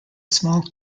small